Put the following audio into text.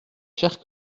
chers